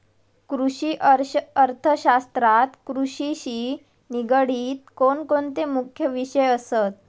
कृषि अर्थशास्त्रात कृषिशी निगडीत कोणकोणते मुख्य विषय असत?